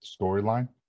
storyline